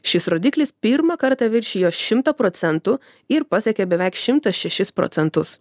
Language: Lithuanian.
šis rodiklis pirmą kartą viršijo šimtą procentų ir pasiekė beveik šimtą šešis procentus